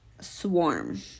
swarm